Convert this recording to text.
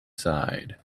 side